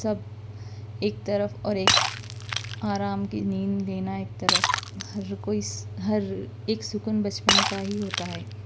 سب ایک طرف اور ایک آرام کی نیند لینا ایک طرف ہر کوئی ہر ایک سکون بچپن کا ہی ہوتا ہے